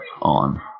on